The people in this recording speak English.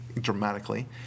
dramatically